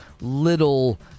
little